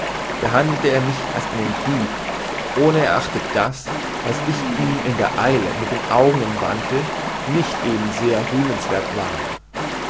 behandelte er mich als einen dieb ohnerachtet das was ich ihm in der eile mit den augen entwandte nicht eben sehr rühmenswerth war